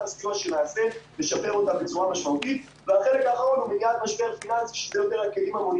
הצעדים המשמעותיים יש חוסר הפנמה של גודל